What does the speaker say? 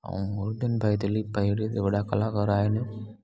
ऐं गोवर्धन भाई दिलीप भाई वॾा कलाकार आहिनि